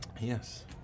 Yes